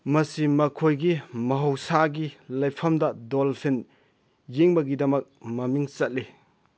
ꯃꯁꯤ ꯃꯈꯣꯏꯒꯤ ꯃꯍꯧꯁꯥꯒꯤ ꯂꯩꯐꯝꯗ ꯗꯣꯜꯐꯤꯟ ꯌꯦꯡꯕꯒꯤꯗꯃꯛ ꯃꯃꯤꯡ ꯆꯠꯂꯤ